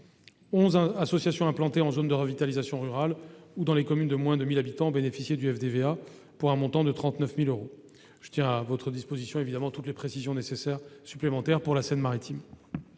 associations implantées en zone de revitalisation rurale ou dans des communes de moins de 1 000 habitants ont bénéficié du FDVA pour un montant de 39 000 euros. Je tiens à votre disposition toutes les précisions relatives au département de la Seine-Maritime.